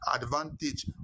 advantage